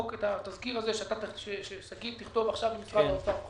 התזכיר ששגית תכתוב עכשיו עם משרד האוצר,